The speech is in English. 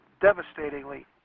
devastatingly